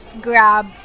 grab